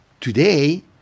today